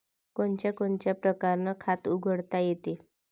कोनच्या कोनच्या परकारं खात उघडता येते?